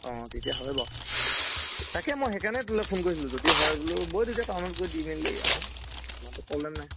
অঁ তেতিয়া হয় বাৰু তাকে মই সেইকাৰণে তোলৈ ফোন কৰিছিলোঁ যদি হয় বোলো বই তেতিয়া টাউনত গৈ দি মেলি আহোঁ ইমানোটো প্ৰব্লেম নাই